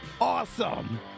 awesome